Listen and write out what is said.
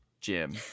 Jim